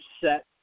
set